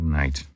night